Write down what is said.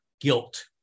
guilt